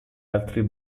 altri